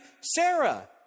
Sarah